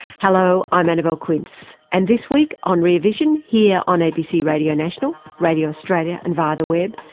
hello, i'm annabelle quince and this week on rear vision here on abc radio national, radio australia and via the web,